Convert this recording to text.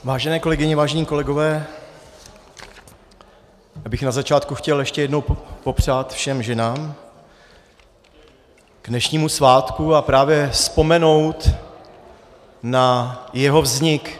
Vážené kolegyně, vážení kolegové, na začátku bych chtěl ještě jednou popřát všem ženám k dnešnímu svátku a právě vzpomenout na jeho vznik.